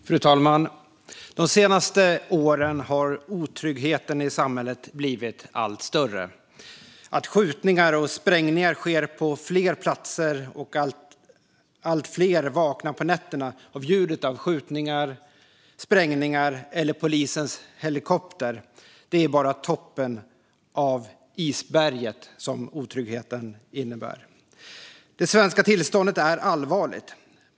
Fru talman! De senaste åren har otryggheten i samhället blivit allt större. Att skjutningar och sprängningar sker på fler platser och att allt fler vaknar på nätterna av ljudet av skjutningar, sprängningar eller polisens helikopter är bara toppen av isberget som otryggheten innebär. Det svenska tillståndet är allvarligt.